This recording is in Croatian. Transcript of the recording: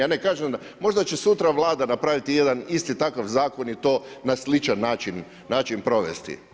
Ja ne kažem da, možda će sutra Vlada napraviti jedan isti takav zakon i to na sličan način provesti.